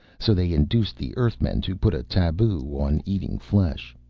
so they induced the earthmen to put a taboo on eating flesh.